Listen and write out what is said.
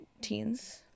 teens